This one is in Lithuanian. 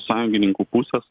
sąjungininkų pusės